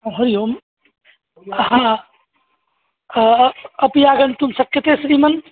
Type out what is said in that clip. हरिः ओम् अपि आगन्तुं शक्यते श्रीमन्